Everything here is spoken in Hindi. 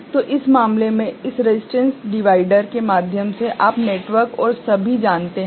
तो इस मामले में इस रसिस्टेंस डिवाइडर के माध्यम से आप नेटवर्क और सभी जानते हैं